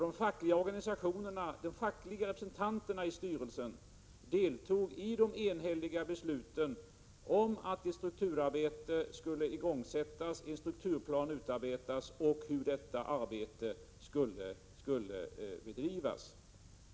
De fackliga representanterna i styrelsen deltog i det enhälliga beslutet om att ett strukturarbete skulle igångsättas och att en strukturplan skulle utarbetas samt hur detta arbete skulle bedrivas.